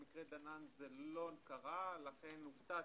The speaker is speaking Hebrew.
במקרה דנן, זה לא קרה, לכן הופתעתי.